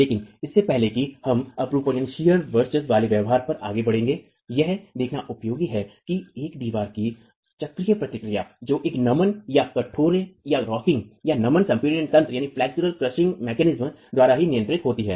लेकिन इससे पहले कि हम अपरूपण वर्चस्व वाले व्यवहार पर आगे बढ़ें यह देखना उपयोगी है कि एक दीवार की चक्रीय प्रतिक्रिया जो एक नमन कठोरेरॉकिंग या नमन संपीडन तंत्र द्वारा ही नियंत्रित होती है